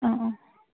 অঁ অঁ